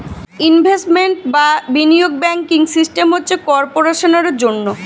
investment বা বিনিয়োগ banking system হচ্ছে কর্পোরেশনের জন্যে